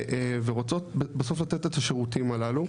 ורוצות בסוף לתת את השירותים הללו.